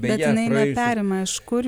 bet jinai neperima iš kur